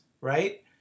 Right